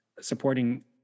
supporting